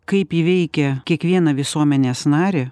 kaip ji veikia kiekvieną visuomenės narį